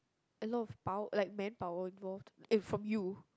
a lot of pow~ like manpower involved uh from you